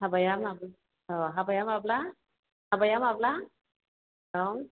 हाबाया माब्ला औ हाबाया माब्ला हाबाया माब्ला औ